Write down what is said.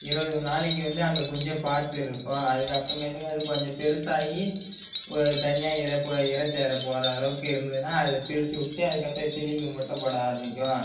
இருபது நாளைக்கு வந்து அந்த குஞ்ச பார்த்து இருக்கும் அதுக்கு அப்புறமேட்டுக்கு அது கொஞ்சம் பெருசாகி தனியாக இறை ப இறை தேட போகிற அளவுக்கு இருந்ததுன்னா அதை பிரிச்சுவுட்டு அதுக்கப்புறம் திரும்பி முட்டை போட ஆரமிக்கும்